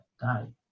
die